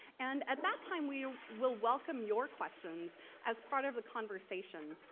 and at that time we will welcome your questions as part of the conversation.